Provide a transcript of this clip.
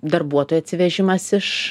darbuotojų atsivežimas iš